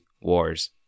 Wars